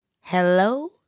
Hello